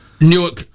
Newark